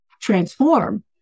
transform